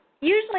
Usually